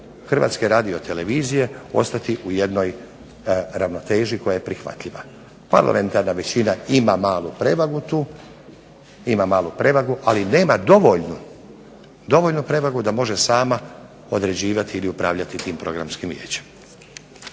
ali će Vijeće HRT-a ostati u jednoj ravnoteži koja je prihvatljiva. Parlamentarna većina ima malu prevagu tu, ali nema dovoljnu prevagu da može sama određivati ili upravljati tim Programskim vijećem.